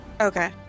Okay